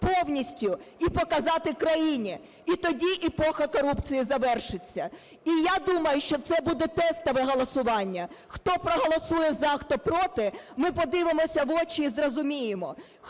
повністю і показати країні. І тоді епоха корупції завершиться. І я думаю, що це буде тестове голосування. Хто проголосує "за", хто "проти" – ми подивимося в очі і зрозуміємо: